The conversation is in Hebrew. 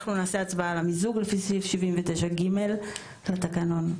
אנחנו נעשה הצבעה על המיזוג לפי סעיף 79(ג) של התקנון.